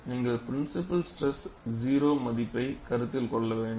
நீங்கள் principal stress 0 மதிப்பை கருத்தில் கொள்ள வேண்டும்